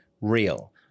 real